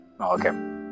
Okay